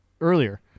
earlier